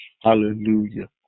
Hallelujah